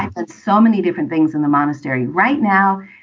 and so many different things in the monastery right now.